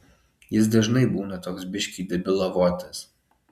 jis dažnai būna toks biškį debilavotas